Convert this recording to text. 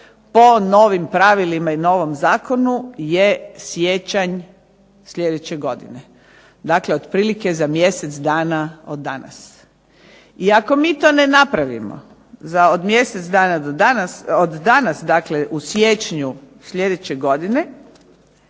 po novim pravilima i novom zakonu je siječanj sljedeće godine, dakle otprilike za mjesec dana od danas. I ako mi to ne napravimo za mjesec dana, od danas u siječnju sljedeće godine